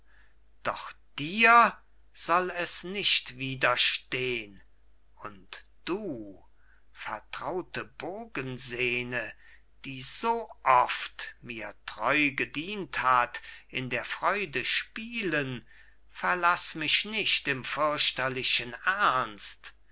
doch dir soll es nicht widerstehn und du vertraute bogensehne die so oft mir treu gedient hat in der freude spielen verlass mich nicht im fürchterlichen ernst